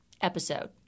episode